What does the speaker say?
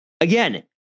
Again